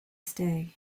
stay